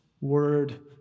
word